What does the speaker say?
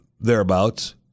Thereabouts